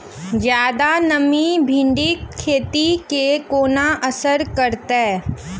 जियादा नमी भिंडीक खेती केँ कोना असर करतै?